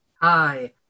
Hi